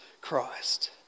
Christ